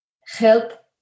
help